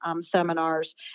seminars